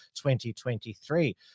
2023